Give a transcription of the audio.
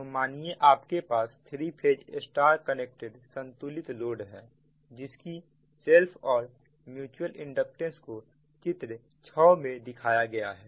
तो मानिए कि आपके पास थ्री फेज स्टार कनेक्टेड संतुलित लोड है जिसकी सेल्फ और म्युचुअल इंडक्टेंस को चित्र 6 में दिखाया गया है